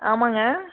ஆமாங்க